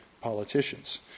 politicians